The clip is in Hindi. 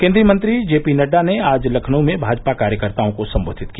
केन्द्रीय मंत्री जेपीनड्डा ने आज लखनऊ में भाजपा कार्यकर्ताओं को सम्बोधित किया